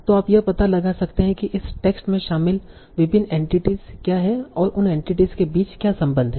तो आप यह पता लगा सकते हैं कि इस टेक्स्ट में शामिल विभिन्न एंटिटीस क्या हैं और उन एंटिटीस के बीच क्या संबंध हैं